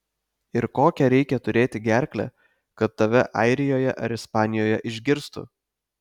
ir kokią reikia turėti gerklę kad tave airijoje ar ispanijoje išgirstų